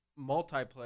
multiplayer